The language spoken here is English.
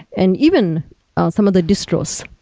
and even some of the distros,